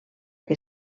que